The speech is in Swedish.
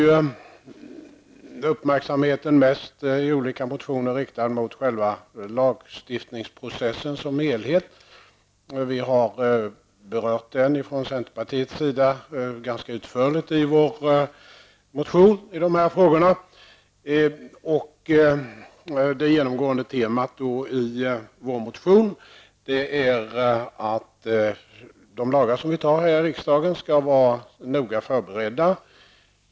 Uppmärksamheten i de olika motionerna är mest riktad mot själva lagstiftningsprocessen som helhet. Vi berör den från centerpartiets sida ganska utförligt i vår motion om dessa frågor. Det genomgående temat i vår motion är att de lagar som vi antar här i riksdagen skall vara noga förberedda.